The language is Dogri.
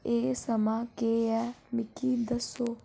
एह् समां केह् ऐ मिगी दस्सो